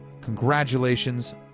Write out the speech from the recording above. congratulations